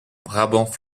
brabant